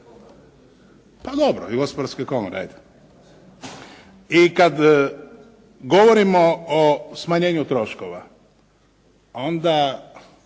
Pa dobro, i Gospodarske komore, hajde. I kad govorimo o smanjenu troškova, onda